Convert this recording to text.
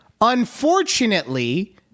Unfortunately